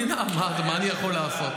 זאת בעיה של המדינה, מה אני יכול לעשות?